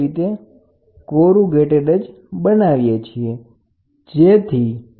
તો હવે તે કોરુગેટેડ છે તો તે સિસ્ટમની અંદર રહેશે